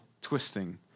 twisting